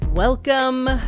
Welcome